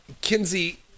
Kinsey